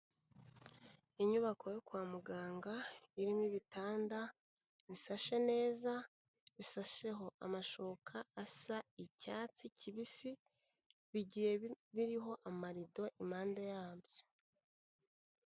Inyubako yo kwa muganga irimo ibitanda bisashe neza, bisasheho amashuka asa icyatsi kibisi, bigiye biriho amarido impande yabyo.